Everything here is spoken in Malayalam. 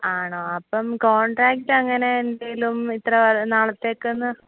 ആണോ അപ്പം കോൺട്രാക്ട് അങ്ങനെ എന്തെങ്കിലും ഇത്ര നാളത്തേക്കെന്ന്